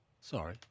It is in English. Sorry